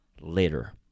later